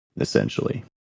essentially